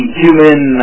human